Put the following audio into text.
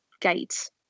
gate